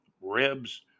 ribs